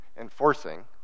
enforcing